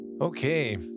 Okay